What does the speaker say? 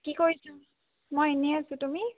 কি কৰিছোঁ মই এনেই আছোঁ তুমি